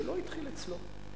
זה לא התחיל אצלו,